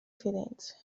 firenze